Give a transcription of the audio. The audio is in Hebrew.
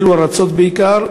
באילו ארצות בעיקר,